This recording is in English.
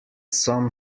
some